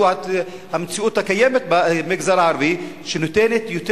מדוע המציאות הקיימת במגזר הערבי נותנת יותר